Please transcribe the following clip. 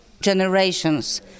generations